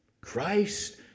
Christ